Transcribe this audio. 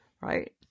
right